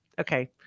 Okay